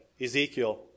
Ezekiel